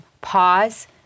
Pause